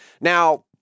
Now